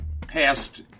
passed